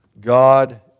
God